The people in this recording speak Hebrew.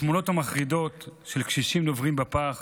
התמונות המחרידות של קשישים נוברים בפח